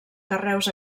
carreus